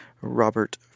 Robert